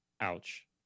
ouch